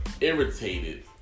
irritated